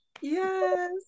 yes